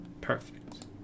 Perfect